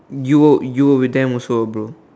you you where with them also bro